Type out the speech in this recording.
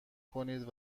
کنید